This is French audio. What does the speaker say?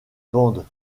bandes